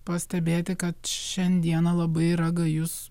pastebėti kad šiandieną labai yra gajus